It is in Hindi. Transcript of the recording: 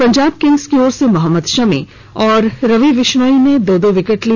पंजाब किंग्स की तरफ से मोहम्मद शमी और रवि विश्नोई ने दो दो विकेट लिए